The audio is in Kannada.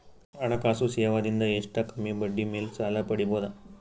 ಹಣಕಾಸು ಸೇವಾ ದಿಂದ ಎಷ್ಟ ಕಮ್ಮಿಬಡ್ಡಿ ಮೇಲ್ ಸಾಲ ಪಡಿಬೋದ?